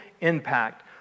impact